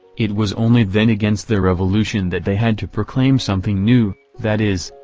it was only then against the revolution that they had to proclaim something new that is,